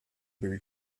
was